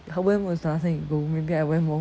when was the last time you go maybe I went more